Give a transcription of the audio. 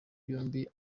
yombi